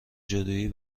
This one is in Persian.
جادوگری